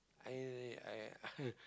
I I